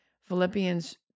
Philippians